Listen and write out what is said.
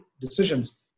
decisions